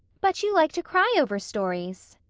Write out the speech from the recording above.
but you like to cry over stories?